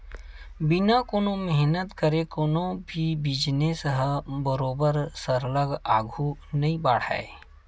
बिना कोनो मेहनत करे कोनो भी बिजनेस ह बरोबर सरलग आघु नइ बड़हय